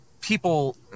people